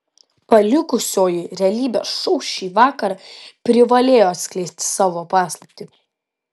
palikusioji realybės šou šįvakar privalėjo atskleisti savo paslaptį